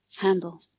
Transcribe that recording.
handle